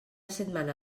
setmana